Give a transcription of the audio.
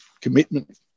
commitment